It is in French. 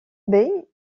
baie